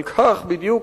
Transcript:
אבל כך בדיוק,